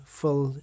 full